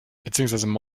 beziehungsweise